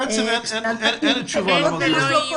בעצם אין תשובה.